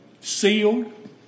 sealed